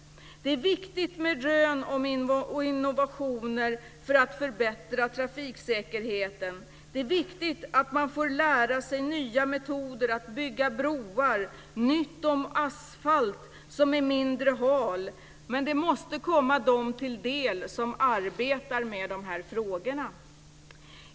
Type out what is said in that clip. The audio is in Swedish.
Det är viktigt med rön och innovationer för att förbättra trafiksäkerheten. Det är viktigt att få lära sig nya metoder att bygga broar och att lägga mindre hal asfalt. Men dessa metoder måste komma dem till del som arbetar med frågorna.